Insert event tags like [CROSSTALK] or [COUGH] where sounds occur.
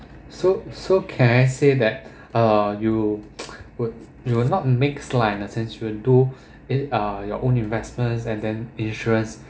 so so can I say that uh you [NOISE] would you will not mix lah in that sense we'll do it uh your own investments and then insurance